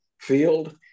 field